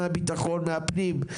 מהביטחון מהפנים,